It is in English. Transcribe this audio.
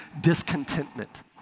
discontentment